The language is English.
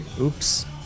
oops